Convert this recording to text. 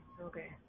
Okay